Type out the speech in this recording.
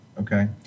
Okay